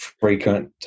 Frequent